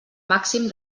màxim